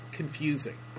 confusing